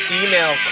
email